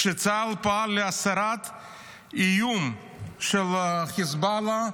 כשצה"ל פעל להסרת איום של חיזבאללה,